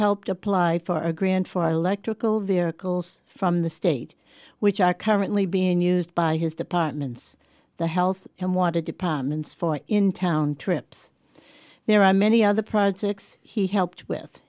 helped apply for a grant for electrical vehicles from the state which are currently being used by his departments the health and wanted departments for in town trips there are many other projects he helped with